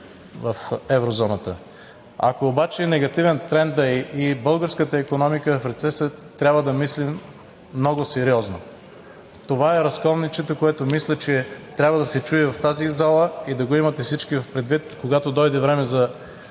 в еврозоната. Ако обаче е негативен трендът и българската икономия е в рецесия, трябва да мислим много сериозно. Това е разковничето, което мисля, че трябва да се чуе в тази зала и да го имате всички предвид – когато дойде време за